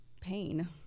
pain